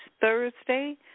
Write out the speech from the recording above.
Thursday